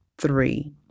three